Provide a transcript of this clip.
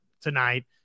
tonight